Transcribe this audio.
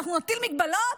ואנחנו נטיל הגבלות,